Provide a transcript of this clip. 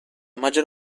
maggior